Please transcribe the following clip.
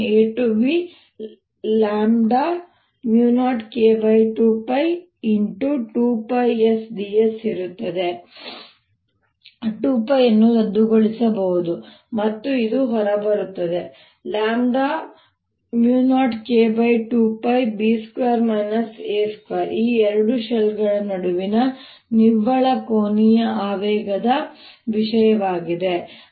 2πsds ಇರುತ್ತದೆ ನಾವು 2π ಅನ್ನು ರದ್ದುಗೊಳಿಸಬಹುದು ಮತ್ತು ಇದು ಹೊರಬರುತ್ತದೆ 0K2π ಈ ಎರಡು ಶೆಲ್ಗಳ ನಡುವಿನ ನಿವ್ವಳ ಕೋನೀಯ ಆವೇಗದ ವಿಷಯವಾಗಿದೆ